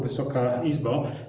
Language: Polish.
Wysoka Izbo!